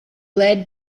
led